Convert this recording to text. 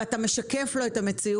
ואתה משקף לו את המציאות,